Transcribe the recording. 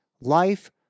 life